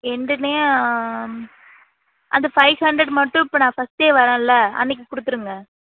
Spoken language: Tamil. ரெண்டுமே அந்த ஃபைவ் ஹண்ட்ரட் மட்டும் இப்போ நான் ஃபஸ்ட் டே வர்றேன்ல அன்றைக்கு கொடுத்துருங்க